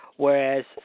Whereas